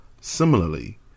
Similarly